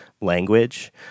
language